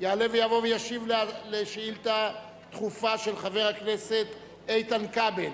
יעלה ויבוא וישיב על שאילתא דחופה של חבר הכנסת איתן כבל,